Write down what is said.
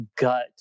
gut